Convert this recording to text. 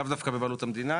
לאו דווקא בבעלות המדינה,